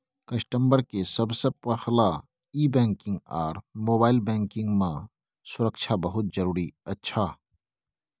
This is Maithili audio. कस्टमर के सबसे पहला e banking or mobile banking मां सुरक्षा बहुत जरूरी अच्छा